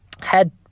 head